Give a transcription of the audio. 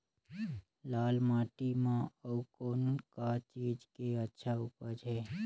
लाल माटी म अउ कौन का चीज के अच्छा उपज है?